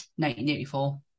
1984